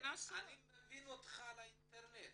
אני מבין אותך לגבי האינטרנט,